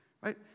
right